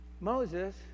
Moses